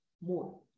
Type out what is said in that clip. more